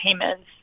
payments